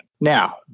Now